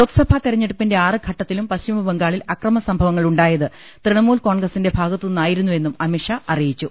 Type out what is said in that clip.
ലോക്സഭാ തെരഞ്ഞെടുപ്പിന്റെ ആറ് ഘട്ടത്തിലും പശ്ചിമ ബംഗാളിൽ അക്രമസംഭവങ്ങൾ ഉണ്ടായത് തൃണമൂൽ കോൺഗ്ര സിന്റെ ഭാഗത്തുനിന്നായിരുന്നുവെന്നും അമിത് ഷാ അറിയിച്ചു